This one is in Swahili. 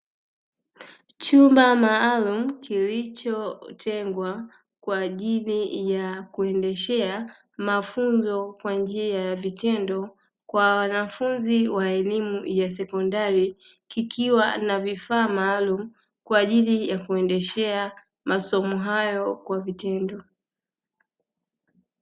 Chumba maalumu kilichotengwa kwa ajili ya kuendeshea mafunzo kwa njia ya vitendo kwa wanafunzi wa elimu ya sekondari, kikiwa na vifaa maalumu kwa ajili ya kuendeshea masomo hayo kwa vitendo.